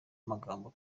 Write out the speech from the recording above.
amagambo